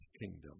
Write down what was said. kingdom